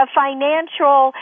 financial